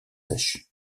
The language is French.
sèches